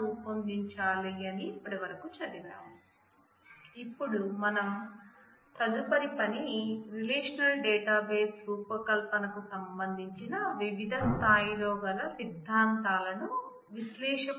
రూపొందించాలని ఇప్పటి వరకు చదివాం ఇప్పుడు మన తదుపరి పని రిలేషనల్ డేటాబేస్ రూపకల్పనకు సంబంధించిన వివిధ స్థాయిలో గల సిద్దాంతాలను విశ్లేషపూరితంగా నేర్చుకుందాం